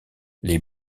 les